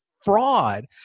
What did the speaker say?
fraud